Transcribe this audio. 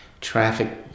traffic